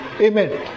Amen